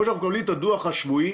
כמו הדוח השבועי